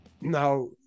Now